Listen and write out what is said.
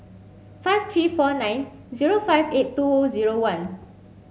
five three four nine zero five eight two zero one